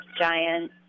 giant